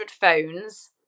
phones